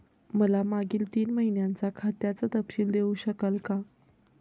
मला मागील तीन महिन्यांचा खात्याचा तपशील देऊ शकाल का?